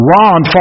Ron